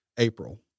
April